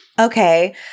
Okay